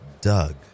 Doug